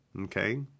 Okay